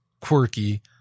quirky